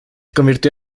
convirtió